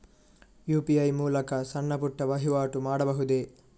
UPI ಮೂಲಕ ಸಣ್ಣ ಪುಟ್ಟ ವಹಿವಾಟು ಮಾಡಬಹುದೇ?